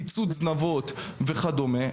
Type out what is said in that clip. קיצוץ זנבות וכדומה,